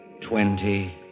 twenty